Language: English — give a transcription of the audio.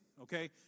okay